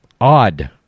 Odd